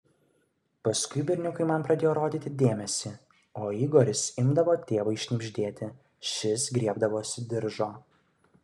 paskui berniukai man pradėjo rodyti dėmesį o igoris imdavo tėvui šnibždėti šis griebdavosi diržo